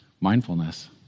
mindfulness